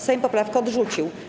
Sejm poprawkę odrzucił.